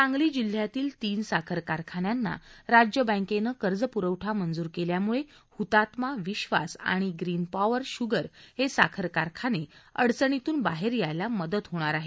सांगली जिल्ह्यातील तीन साखर कारखान्यांना राज्य बँकेनं कर्जपुरवठा मंजूर केल्यामुळे हुतात्मा विश्वास आणि ग्रीन पॉवर शुगर हे साखर कारखाने अडचणीतून बाहेर यायला मदत होणार आहे